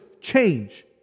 change